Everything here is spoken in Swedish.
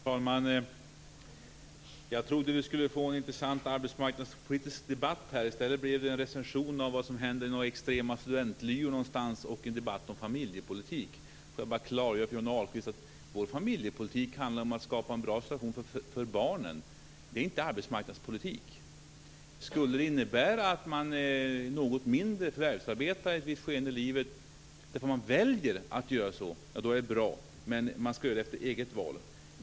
Fru talman! Jag trodde att vi skulle få en intressant arbetsmarknadspolitisk debatt här, men i stället blev det en recension av vad som händer i några studentlyor någonstans och en debatt om familjepolitik. Låt mig bara klargöra för Johnny Ahlqvist att vår familjepolitik handlar om att skapa en bra situation för barnen. Det är inte arbetsmarknadspolitik. Skulle det innebära att man förvärvsarbetade något mindre i ett skede i livet därför att man väljer att göra så, är det bra, men man ska göra det efter eget val.